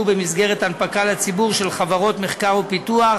במסגרת הנפקה לציבור של חברות מחקר ופיתוח